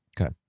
Okay